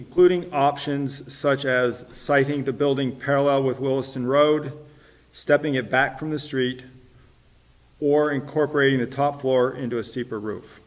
including options such as citing the building parallel with wilston road stepping it back from the street or incorporating the top floor into a steeper